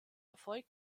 erfolg